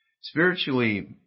Spiritually